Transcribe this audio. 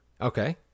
Okay